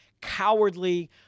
cowardly